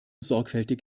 sorgfältig